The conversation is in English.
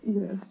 Yes